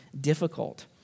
difficult